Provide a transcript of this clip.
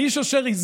האיש אשר,